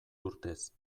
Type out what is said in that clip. urtez